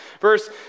Verse